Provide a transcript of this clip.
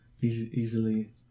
easily